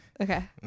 Okay